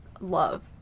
love